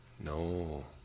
No